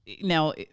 Now